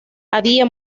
había